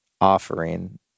offering